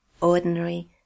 ordinary